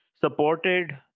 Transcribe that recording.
supported